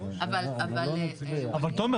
אבל כמו תמיד